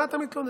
מה אתה מתלונן?